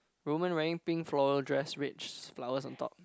women wearing pink floral dress rich's flowers on top